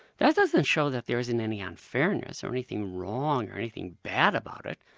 that doesn't show that there isn't any unfairness or anything wrong or anything bad about it,